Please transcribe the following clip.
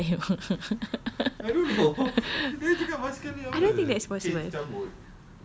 kepala otak you I don't think that's possible